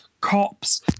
cops